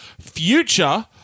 Future